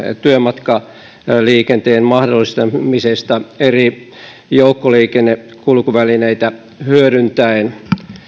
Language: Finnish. työmatkaliikenteen mahdollistamisesta eri joukkoliikennekulkuvälineitä hyödyntäen